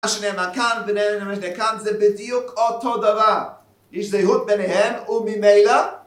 מה שנאמר כאן, ומה שנאמר כאן, זה בדיוק אותו דבר. יש זהות ביניהם, וממילא...